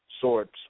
sorts